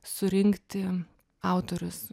surinkti autorius